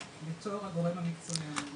בתור הגורם המקצועי הממונה על כך.